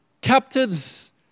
captives